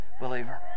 believer